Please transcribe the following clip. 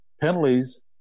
penalties